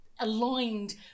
Aligned